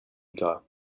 gras